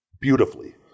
beautifully